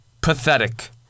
Pathetic